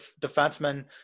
defenseman